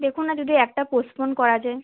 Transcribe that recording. দেখুন না যদি একটা পোস্টপন্ড করা যায়